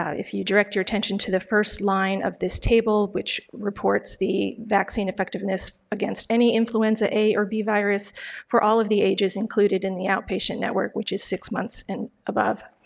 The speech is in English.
ah if you direct your attention to the first line of this table which reports the vaccine effectiveness against any influenza a or b virus for all of the ages included in the outpatient network, which is six months and above.